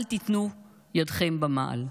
אל תיתנו שידכם תהיה במעל.